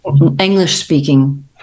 English-speaking